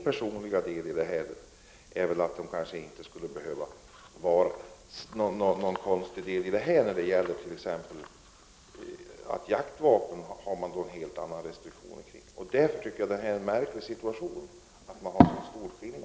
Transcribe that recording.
Personligen anser jag det vara konstigt att man har helt andra restriktioner kring jaktvapen. Den situation vi har, att skillnaden mellan de olika vapenslagen är så stor, är märklig.